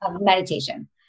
Meditation